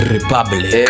Republic